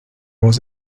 was